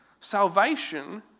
Salvation